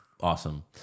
awesome